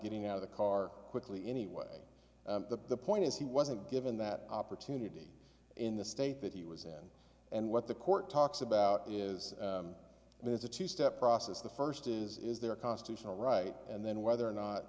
getting out of the car quickly anyway the point is he wasn't given that opportunity in the state that he was in and what the court talks about is there's a two step process the first is is there a constitutional right and then whether or